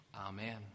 amen